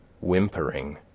whimpering